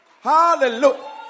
Hallelujah